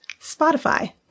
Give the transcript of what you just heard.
Spotify